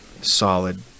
solid